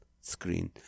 screen